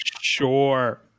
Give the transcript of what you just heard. sure